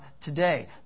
today